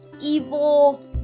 evil